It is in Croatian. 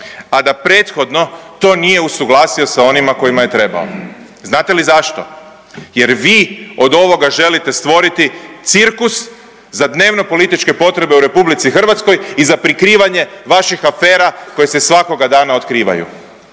a da prethodno to nije usuglasio sa onima kojima je trebao? Znate li zašto? Jer vi od ovoga želite stvoriti cirkus za dnevnopolitičke potrebe u RH i za prikrivanje vaših afera koje se svakoga dana otkrivaju,